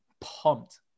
pumped